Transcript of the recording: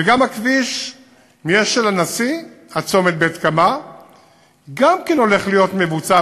וגם הכביש מאשל-הנשיא עד צומת בית-קמה הולך להיות מבוצע,